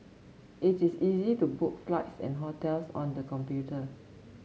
it is easy to book flights and hotels on the computer